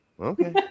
okay